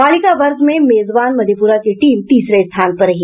बालिका वर्ग में मेजबान मधेपुरा की टीम तीसरे स्थान पर रही